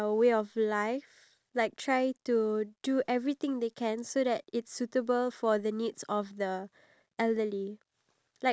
we are actually increasing the amount of spending needed in order for us to develop buildings out there in singapore